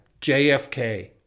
JFK